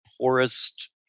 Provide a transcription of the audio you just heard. poorest